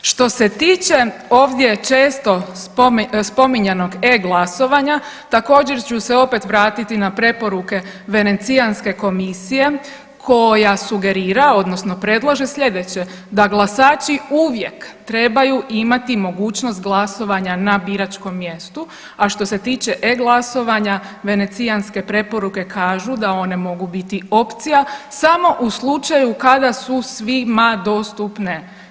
Što se tiče ovdje često spominjanog e-glasovanja također ću se opet vratiti na preporuke Venecijanske komisije koja sugerira odnosno predlaže slijedeće, da glasači uvijek trebaju imati mogućnost glasovanja na biračkom mjestu, a što se tiče e-glasovanja venecijanske preporuke kažu da one mogu biti opcija samo u slučaju kada su svima dostupne.